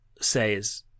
says